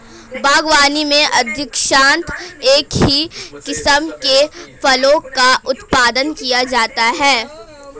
बागवानी में अधिकांशतः एक ही किस्म के फलों का उत्पादन किया जाता है